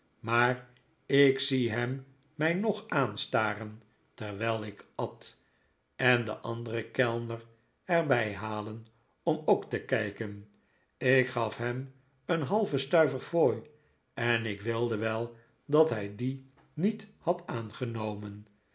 maar ik zie hem mij nog aanstaren terwijl ik at en den anderan kellner er bij halen om ook te kijken ik gaf hem een halven stuiver fooi en ik wilde wel dat hij dien niet had aangenomen